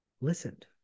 listened